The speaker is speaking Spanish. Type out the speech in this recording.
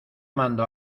mando